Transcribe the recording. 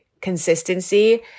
consistency